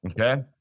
okay